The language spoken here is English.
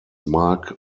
mark